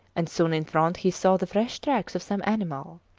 and soon in front he saw the fresh tracks of some animal.